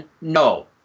no